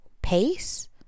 Pace